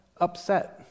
upset